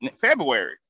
February